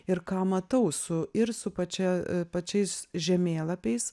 ir ką matau su ir su pačia pačiais žemėlapiais